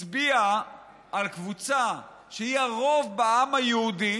הצביע על קבוצה שהיא הרוב בעם היהודי